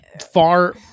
far